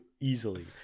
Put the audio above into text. easily